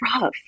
rough